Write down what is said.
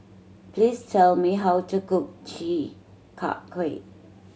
please tell me how to cook Chi Kak Kuih